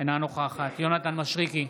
אינה נוכחת יונתן מישרקי,